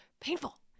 painful